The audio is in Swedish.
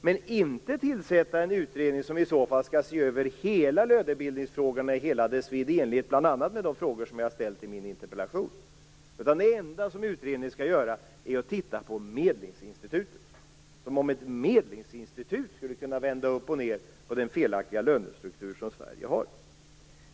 Men det handlar inte om att tillsätta en utredning som i så fall skall se över lönebildningsfrågan i hela dess vidd i enlighet med bl.a. de frågor som jag har ställt i min interpellation. Det enda utredningen skall göra är att titta på medlingsinstitutet. Som om ett medlingsinstitut skulle kunna vända upp och ned på den felaktiga lönestruktur som Sverige har!